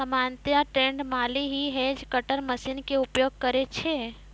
सामान्यतया ट्रेंड माली हीं हेज कटर मशीन के उपयोग करै छै